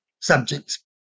subjects